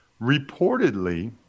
reportedly